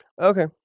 Okay